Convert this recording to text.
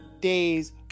days